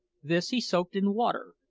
this he soaked in water,